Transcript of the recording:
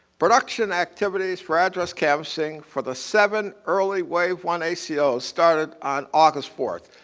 production activities for address canvassing for the seven early wave one aco started on august fourth.